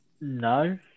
No